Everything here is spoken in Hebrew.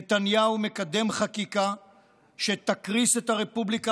נתניהו מקדם חקיקה שתקריס את הרפובליקה